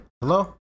Hello